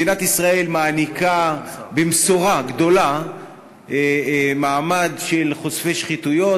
מדינת ישראל מעניקה במשורה מעמד של חושפי שחיתויות.